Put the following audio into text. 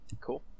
cool